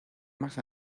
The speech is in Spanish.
más